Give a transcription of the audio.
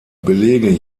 belege